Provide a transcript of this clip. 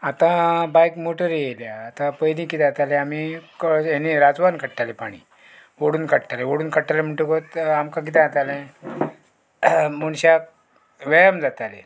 आतां bike motor येयल्या आतां पयलीं कितें जातालें आमी कळ हेणी राजवान काडटाले पाणी ओडून काडटाले ओडून काडटाले म्हणटकूच आमकां कितें जातालें मनशाक व्यायाम जाताले